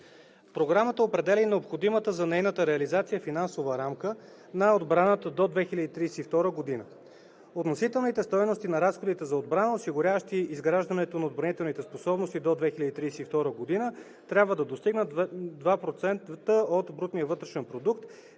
Програмата определя и необходимата за нейната реализация финансова рамка на отбраната до 2032 г. Относителните стойности на разходите за отбрана, осигуряващи изграждането на отбранителни способности до 2032 г., трябва да достигнат 2% от брутния вътрешен продукт